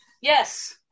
Yes